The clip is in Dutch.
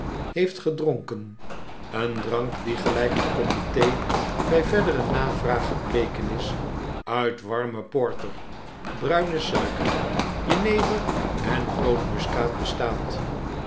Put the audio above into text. heeft gedronken een drank die gelijk het comite bij verdere navraag gebleken is uit warme porter bruine suiker jenever en nootmuskaat bestaat